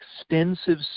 extensive